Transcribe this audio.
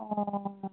অঁ